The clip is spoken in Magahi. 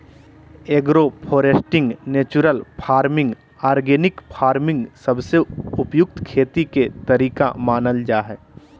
agro foresting, natural farming, organic farming सबसे उपयुक्त खेती के तरीका मानल जा हय